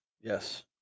yes